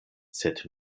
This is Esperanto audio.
sed